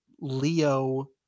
Leo